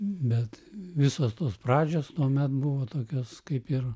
bet visos tos pradžios tuomet buvo tokios kaip ir